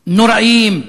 נוראים,